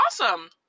Awesome